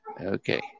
Okay